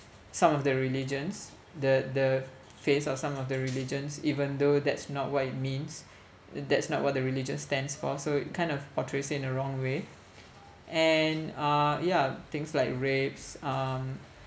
some of the religions the the face of some of the religions even though that's not what it means that's not what the religion stands for so it kind of portrays it in the wrong way and uh yeah things like rapes um